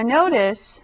notice